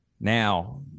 now